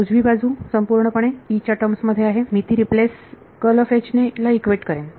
उजवी बाजू संपूर्णपणे च्या टर्म्स मध्ये आहे आणि मी ती रिप्लेस ला इक्वेट करेन